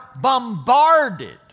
bombarded